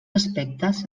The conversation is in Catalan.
aspectes